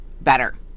better